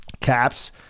caps